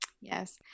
Yes